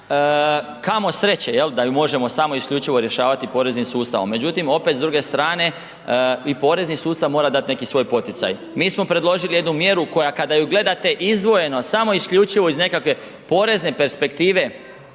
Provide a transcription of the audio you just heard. kamo sreće jel, da ju možemo samo isključivo rješavati poreznim sustavom, međutim opet s druge strane i porezni sustav mora dat neki svoj poticaj. Mi smo predložili jednu mjeru koja kada ju gledate izdvojeno samo isključivo iz nekakve porezne perspektive